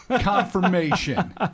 Confirmation